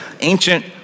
ancient